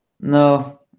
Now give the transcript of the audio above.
No